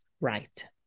Right